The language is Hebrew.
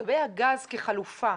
לגבי הגז כחלופה.